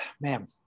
man